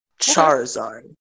Charizard